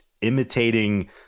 imitating